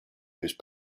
whose